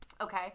Okay